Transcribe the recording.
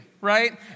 right